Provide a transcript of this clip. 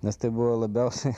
nes tai buvo labiausiai